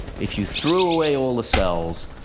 if you threw away all the cells,